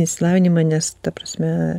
išsilavinimą nes ta prasme